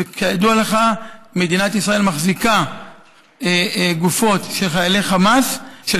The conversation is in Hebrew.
וכידוע לך מדינת ישראל מחזיקה גופות של חיילי חמאס,